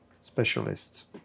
specialists